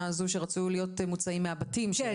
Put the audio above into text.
הזו שרצו להיות מוצאים מהבתים שלהם.